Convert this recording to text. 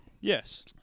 Yes